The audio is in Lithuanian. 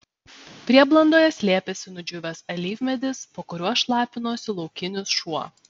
prieblandoje slėpėsi nudžiūvęs alyvmedis po kuriuo šlapinosi laukinis šuo